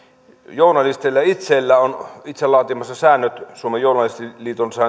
journalisteilla itsellään on itse laatimansa säännöt suomen journalistiliiton